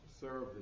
serve